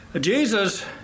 Jesus